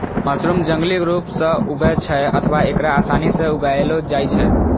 mushroom जंगली रूप सं उगै छै अथवा एकरा आसानी सं उगाएलो जाइ छै